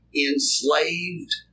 enslaved